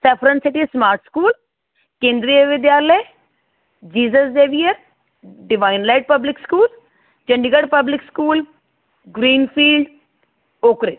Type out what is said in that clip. saffron city smart school Kendriya Vidyalaya Jesus Xavier divine light public school Chandigarh public school greenfield Oakridge